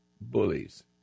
bullies